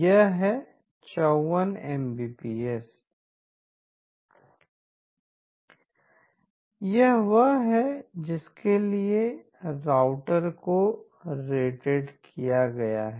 यह है 48346bitssc14μs54 Mbps यह वह है जिसके लिए राउटर को रेटेड किया गया है